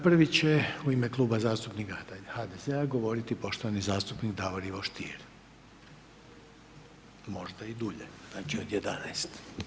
Prvi će u ime Kluba zastupnika HDZ-a govoriti poštovani zastupnik Davor Ivo Stier, možda i dulje, znači od 11.